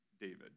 David